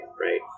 right